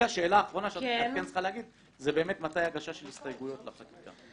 את כן צריכה להגיד מתי ההגשה של ההסתייגות לחקיקה,